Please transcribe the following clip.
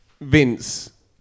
Vince